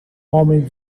homem